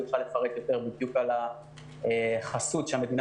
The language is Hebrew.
והוא יוכל לפרט יותר על החסות שהמדינה